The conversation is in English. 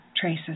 traces